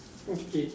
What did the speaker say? okay